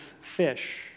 fish